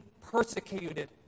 persecuted